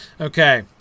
Okay